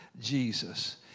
Jesus